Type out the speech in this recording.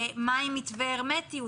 מה עם מתווה הרמטיות?